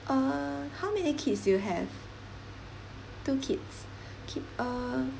uh how many kids do you have two kids K uh